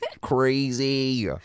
Crazy